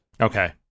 Okay